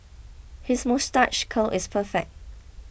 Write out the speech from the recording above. his moustache curl is perfect